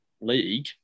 league